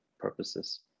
purposes